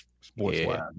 Sports-wise